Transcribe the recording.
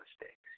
mistakes